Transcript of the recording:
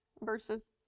verses